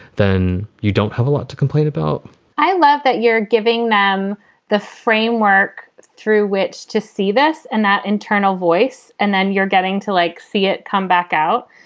then you don't have a lot to complain about i love that you're giving them the framework through which to see this and that internal voice and then you're getting to like see it come back out.